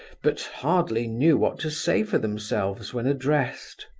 but hardly knew what to say for themselves when addressed.